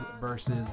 versus